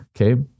Okay